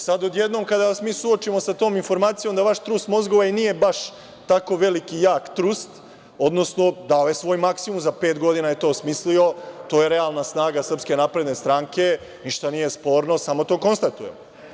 Sada odjednom, kada vas mi suočimo sa tom informacijom da vaš trust mozgova i nije baš tako veliki i jak trust, odnosno dao je svoj maksimum, za pet godina je to smislio, to je realna snaga SNS, ništa nije sporno, samo jednostavno to konstatujem.